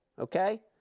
okay